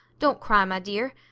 don't cry, my dear.